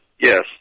yes